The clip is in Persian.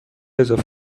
اضافه